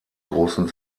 großen